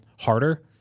harder